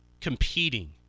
competing